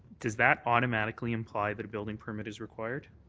does that automatically imply that a building permit is required?